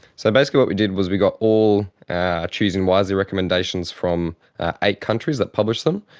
so basically what we did was we got all our choosing wisely recommendations from eight countries that published them,